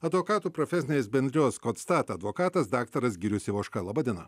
advokatų profesinės bendrijos konstat advokatas daktaras girius ivoška laba diena